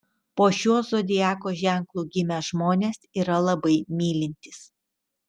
po šiuo zodiako ženklu gimę žmonės yra labai mylintys